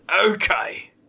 Okay